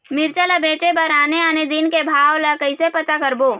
मिरचा ला बेचे बर आने आने दिन के भाव ला कइसे पता करबो?